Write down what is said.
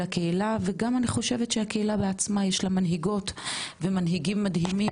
הקהילה וגם אני חושבת שהקהילה בעצמה יש לה מנהיגות ומנהיגים מדהימים,